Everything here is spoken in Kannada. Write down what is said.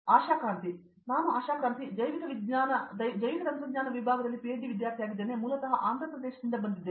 ಆಶಾ ಕ್ರಂತಿ ನಾನು ಆಶಾ ಕ್ರಂತಿ ನಾನು ಜೈವಿಕ ತಂತ್ರಜ್ಞಾನ ವಿಭಾಗದಲ್ಲಿ ಪಿಎಚ್ಡಿ ವಿದ್ಯಾರ್ಥಿಯಾಗಿದ್ದೇನೆ ಮತ್ತು ನಾನು ಮೂಲತಃ ಆಂದ್ರ ಪ್ರದೇಶದಿಂದ ಬಂದಿದ್ದೇನೆ